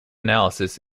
analysis